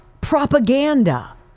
propaganda